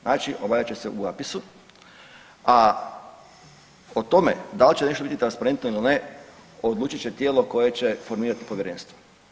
Znači obavljat će se u APIS-u, a o tome da li će nešto biti transparentno ili ne odlučit će tijelo koje će formirati povjerenstvo.